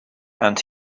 and